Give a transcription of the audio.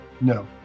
No